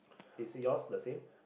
is yours the same